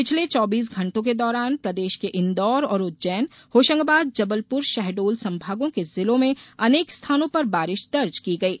पिछले चौबीस घंटो के दौरान प्रदेश के इंदौर और उज्जैन होशंगाबाद जबलपुर शहडोल संभागों के जिलों मे अनेक स्थानों पर बारिश दर्ज की गयी